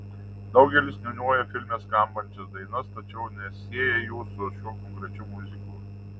daugelis niūniuoja filme skambančias dainas tačiau nesieja jų su šiuo konkrečiu miuziklu